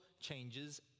changes